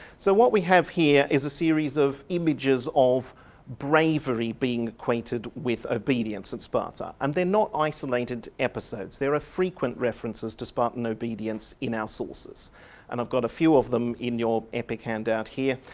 so what we have here is a series of images of bravery being equated with obedience at sparta and they're not isolated episodes. there are frequent references to spartan obedience in our sources and i've got a few of them in your epic handout here.